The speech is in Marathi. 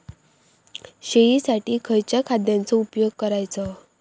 शेळीसाठी खयच्या खाद्यांचो उपयोग करायचो?